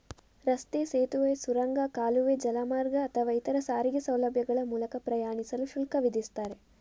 ರಸ್ತೆ, ಸೇತುವೆ, ಸುರಂಗ, ಕಾಲುವೆ, ಜಲಮಾರ್ಗ ಅಥವಾ ಇತರ ಸಾರಿಗೆ ಸೌಲಭ್ಯಗಳ ಮೂಲಕ ಪ್ರಯಾಣಿಸಲು ಶುಲ್ಕ ವಿಧಿಸ್ತಾರೆ